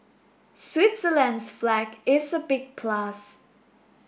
Switzerland's flag is a big plus